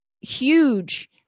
huge